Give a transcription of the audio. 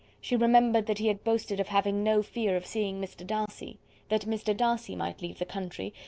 she remembered that he had boasted of having no fear of seeing mr. darcy that mr. darcy might leave the country,